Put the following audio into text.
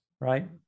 Right